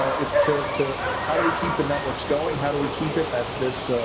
it's to to how do we keep the networks going? how do we keep it at this,